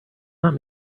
not